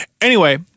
Anyway-